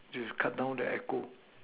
just cut down the echo